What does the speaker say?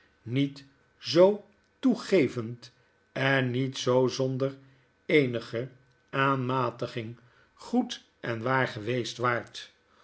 niet zoo toegevend en niet zoo zonder eenige aanmatiging goed en waar geweest waart